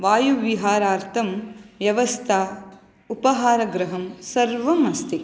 वायुविहारार्थं व्यवस्था उपाहारगृहम् सर्वम् अस्ति